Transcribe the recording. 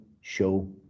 show